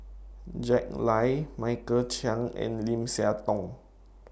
Jack Lai Michael Chiang and Lim Siah Tong